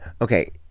Okay